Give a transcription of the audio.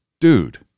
dude